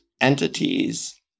entities